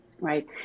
right